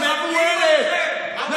מבוהלת, לא מכבדים אתכם.